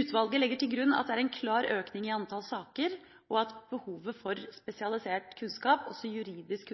Utvalget legger til grunn at det er en klar økning i antallet saker, og at behovet for spesialisert kunnskap, også juridisk